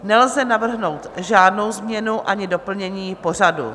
Nelze navrhnout žádnou změnu ani doplnění pořadu.